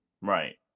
Right